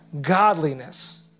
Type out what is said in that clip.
godliness